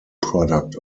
product